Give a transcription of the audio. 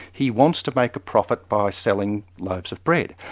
he wants to make a profit by selling loaves of bread,